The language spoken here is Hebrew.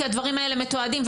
כי הדברים האלה מתועדים,